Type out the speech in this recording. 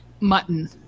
Mutton